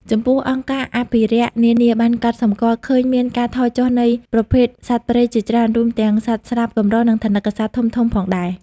ចំពោះ អង្គការអភិរក្សនានាបានកត់សម្គាល់ឃើញមានការថយចុះនៃប្រភេទសត្វព្រៃជាច្រើន រួមទាំងសត្វស្លាបកម្រ និងថនិកសត្វធំៗផងដែរ។